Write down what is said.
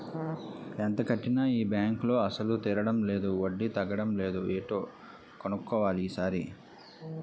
ఎంత కట్టినా ఈ బాంకులో అసలు తీరడం లేదు వడ్డీ తగ్గడం లేదు ఏటో కన్నుక్కోవాలి ఈ సారి